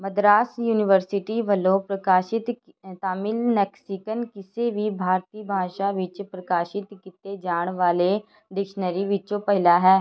Madras university ਵੱਲੋਂ ਪ੍ਰਕਾਸ਼ਿਤ Tamil lexicon ਕਿਸੇ ਵੀ ਬਾਰਤੀ ਬਾਸ਼ਾ ਵਿੱਚ ਪ੍ਰਕਾਸ਼ਿਤ ਕੀਤੇ ਜਾਣ ਵਾਲੇ ਡਿਸ਼ਨਰੀ ਵਿੱਚੋਂ ਪਹਿਲਾ ਹੈ